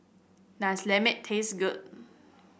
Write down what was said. does lemang taste good